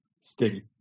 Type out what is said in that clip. Steady